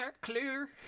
Clear